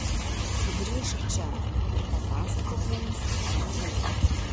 sugrįžk čia ir papasakok mums ką radai